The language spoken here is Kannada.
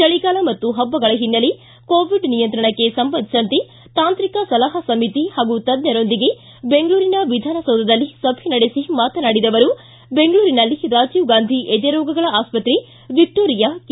ಚಳಿಗಾಲ ಮತ್ತು ಹಬ್ಬಗಳ ಹಿನ್ನೆಲೆ ಕೋವಿಡ್ ನಿಯಂತ್ರಣಕ್ಕೆ ಸಂಬಂಧಿಸಿದಂತೆ ಸಚಿವರು ತಾಂತ್ರಿಕ ಸಲಹಾ ಸಮಿತಿ ಹಾಗೂ ತಜ್ಞರೊಂದಿಗೆ ಬೆಂಗಳೂರಿನ ವಿಧಾನಸೌಧದಲ್ಲಿ ಸಭೆ ನಡೆಸಿ ಮಾತನಾಡಿದ ಬೆಂಗಳೂರಿನಲ್ಲಿ ರಾಜೀವ್ ಗಾಂಧಿ ಎದೆರೋಗಗಳ ಆಸ್ಪತ್ರೆ ವಿಕ್ಟೋರಿಯಾ ಕೆ